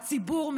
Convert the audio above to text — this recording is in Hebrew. הציבור,